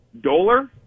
dollar